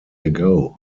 ago